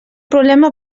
problema